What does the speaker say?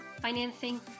financing